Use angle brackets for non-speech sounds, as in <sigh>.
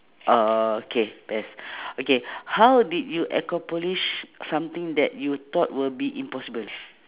okay yes it's okay <breath> how did you accomplish something that you thought will be impossible